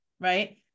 right